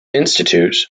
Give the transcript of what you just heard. institute